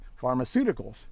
pharmaceuticals